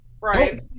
right